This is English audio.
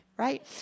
Right